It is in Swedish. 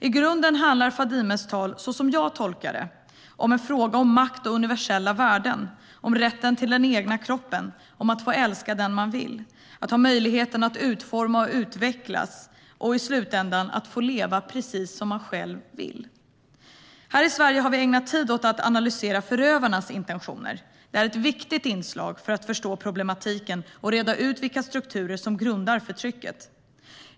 I grunden handlar Fadimes tal, så som jag tolkar det, om en fråga om makt och universella värden, om rätten till den egna kroppen, om att få älska den man vill, att få formas och utvecklas och i slutändan få leva precis som man själv vill. Här i Sverige har vi ägnat tid åt att analysera förövarnas intentioner. Det är ett viktigt inslag för att förstå problemen och reda ut vilka strukturer som grundar förtrycket.